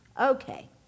Okay